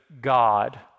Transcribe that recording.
God